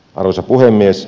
arvoisa puhemies